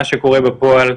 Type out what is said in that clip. מה שקורה בפועל,